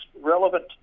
relevant